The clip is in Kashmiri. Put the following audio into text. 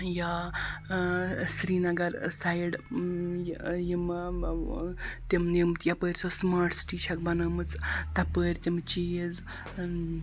یا سرینَگر سایڈ یہِ یِمہٕ تِم یِم یَپٲرۍ سۄ سٕماٹ سِٹی چھَکھ بَنٲومٕژ تَپٲرۍ تِم چیٖز